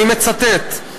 אני מצטט,